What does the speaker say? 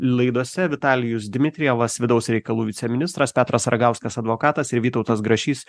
laidose vitalijus dmitrijevas vidaus reikalų viceministras petras ragauskas advokatas ir vytautas grašys